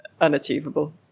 unachievable